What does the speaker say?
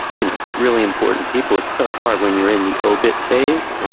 you know, really important people. it's so hard when you're in the obit phase.